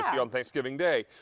yeah on thanksgiving day.